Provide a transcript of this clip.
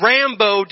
Rambo